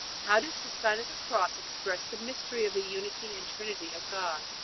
how does the sign of the cross express the mystery of the unity and trinity of god?